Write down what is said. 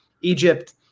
Egypt